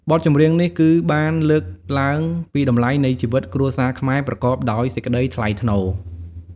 បទចម្រៀងនេះគឺបានលើកឡើងពីតម្លៃនៃជីវិតគ្រួសារខ្មែរប្រកបដោយសេចក្តីថ្លៃថ្នូរ។